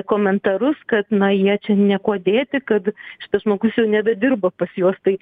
komentarus kad na jie čia niekuo dėti kad šitas žmogus jau nebedirba pas juos tai